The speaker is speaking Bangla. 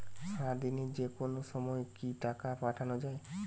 সারাদিনে যেকোনো সময় কি টাকা পাঠানো য়ায়?